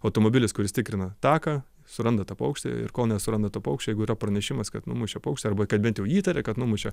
automobilis kuris tikrina taką suranda tą paukštį ir kol nesuranda to paukščio jeigu yra pranešimas kad numušė paukštį arba kad bent jau įtaria kad numušė